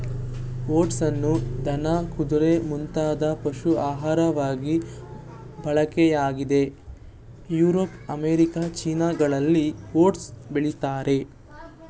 ಓಟ್ಸನ್ನು ದನ ಕುದುರೆ ಮುಂತಾದ ಪಶು ಆಹಾರವಾಗಿ ಬಳಕೆಯಾಗ್ತಿದೆ ಯುರೋಪ್ ಅಮೇರಿಕ ಚೀನಾಗಳಲ್ಲಿ ಓಟ್ಸನ್ನು ಬೆಳಿತಾರೆ